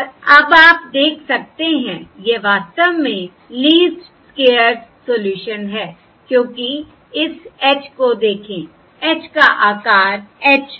और अब आप देख सकते हैं यह वास्तव में लीस्ट स्क्वेयर्स सोल्यूशन है क्योंकि इस H को देखें H का आकार H